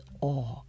awe